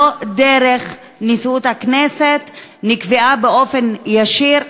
לא דרך נשיאות הכנסת, נקבעה באופן ישיר.